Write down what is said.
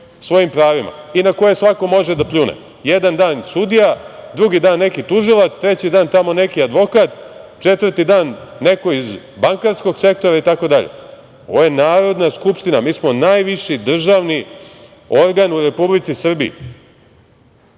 svojim pravima i na koje svako može da pljune, jedan dan sudija, drugi dan neki tužilac, treći dan tamo neki advokat, četvrti dan neko iz bankarskog sektora, itd. Ovo je Narodna skupština, mi smo najviši državni organ u Republici Srbiji.